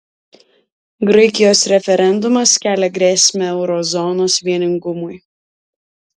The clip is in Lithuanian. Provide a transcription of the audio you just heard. graikijos referendumas kelia grėsmę euro zonos vieningumui